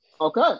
okay